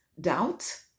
doubt